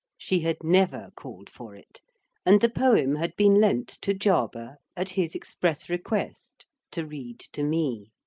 she had never called for it and the poem had been lent to jarber, at his express request, to read to me.